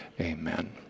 Amen